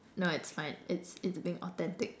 no it's fine it's it's being authentic